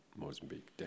Mozambique